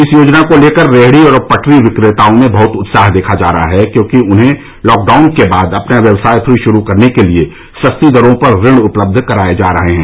इस योजना को लेकर रेहडी और पटरी विक्रेताओं में बहुत उत्साह देखा जा रहा है क्योंकि उन्हें लॉकडाउन के बाद अपना व्यवसाय फिर शुरू करने के लिए सस्ती दरों पर ऋण उपलब्ध कराए जा रहे हैं